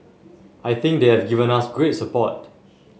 I think they have given us great support